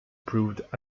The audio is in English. proved